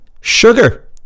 Sugar